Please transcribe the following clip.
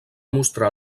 mostrar